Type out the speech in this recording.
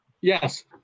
Yes